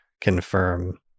confirm